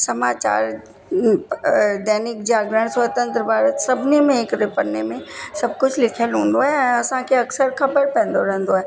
समाचारु दैनिक जागरण स्वतंत्र भारत सभिनी में हिकिड़े पन्ने में सभु कुझु लिखियल हूंदो आहे ऐं असांखे अक्सर ख़बर पवंदो रहंदो आहे